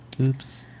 Oops